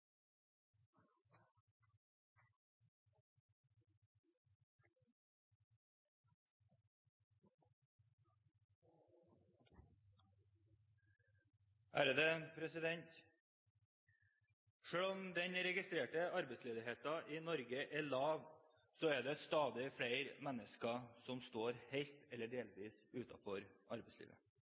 anses vedtatt. Selv om den registrerte arbeidsledigheten i Norge er lav, er det stadig flere mennesker som står helt eller delvis utenfor arbeidslivet.